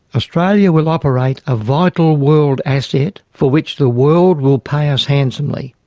australia will operate a vital world asset for which the world will pay us handsomely.